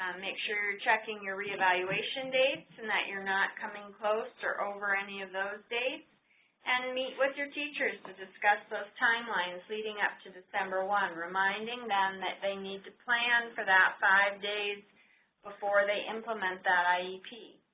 make sure you're checking your reevaluation dates and that you're not coming close or over any of those days and meet with your teachers to discuss those timelines leading up to december one. reminding them that they need to plan for that five days before they implement that iep. so